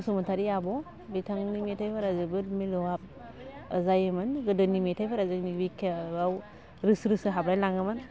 बसुमतारी आब' बिथांनि मेथाइफोरा जोबोद मिलौहाब जायोमोन गोदोनि मेथाइफोरा जोंनि बिखायाव रोसो रोसो हाब्लायलाङोमोन